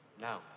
Now